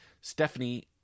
Stephanie